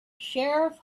sheriff